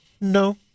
No